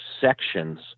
sections